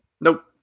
Nope